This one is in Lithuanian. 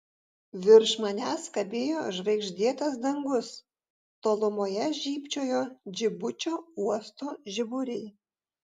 virš manęs kabėjo žvaigždėtas dangus tolumoje žybčiojo džibučio uosto žiburiai